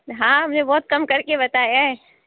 ہاں ہم نے بہت کم کر کے بتایا ہے